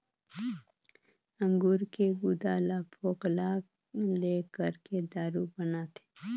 अंगूर के गुदा ल फोकला ले करके दारू बनाथे